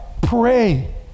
pray